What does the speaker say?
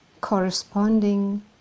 corresponding